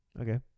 Okay